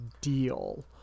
deal